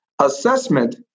assessment